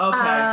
Okay